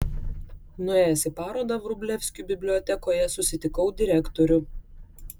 nuėjęs į parodą vrublevskių bibliotekoje susitikau direktorių